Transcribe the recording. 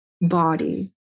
body